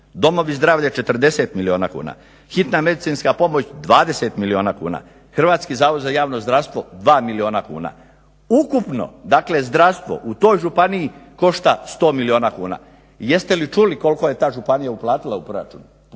domovi zdravlja 40 milijuna kuna, hitna medicinska pomoć 20 milijuna kuna, Hrvatski zavod za javno zdravstvo 2 milijuna kuna. Ukupno dakle zdravstvo u toj županiji košta 100 milijuna kuna. Jeste li čuli koliko je ta županija uplatila u proračun